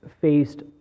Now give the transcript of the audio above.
faced